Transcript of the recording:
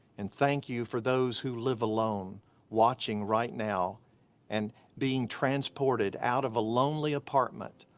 and thank you for those who live alone watching right now and being transported out of a lonely apartment,